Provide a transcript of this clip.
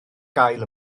gael